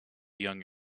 young